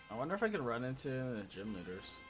ah and like one-run into junior's